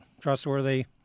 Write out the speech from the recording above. Trustworthy